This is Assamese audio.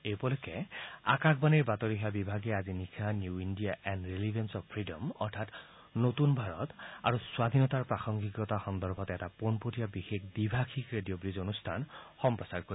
এই উপলক্ষে আকাশবাণীৰ বাতৰি সেৱা বিভাগে আজি নিশা new India and relevance of freedom অৰ্থাৎ নতুন ভাৰত আৰু স্বাধীনতাৰ প্ৰাসংগিকতা সন্দৰ্ভত এটা পোনপটীয়া বিশেষ দ্বিভাষিক ৰেডিঅ' ব্ৰীজ অনুষ্ঠান সম্প্ৰচাৰ কৰিব